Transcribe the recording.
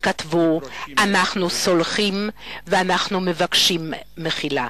אנחנו סולחים ואנחנו מבקשים מחילה.